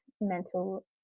mental